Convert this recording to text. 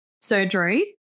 surgery